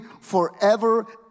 forever